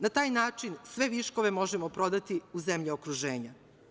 Na taj način sve viškove možemo prodati u zemlje okruženja.